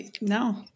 no